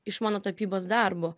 iš mano tapybos darbo